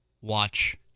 watch